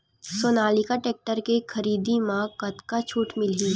Sonalika tractor के खरीदी मा कतका छूट मीलही?